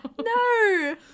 no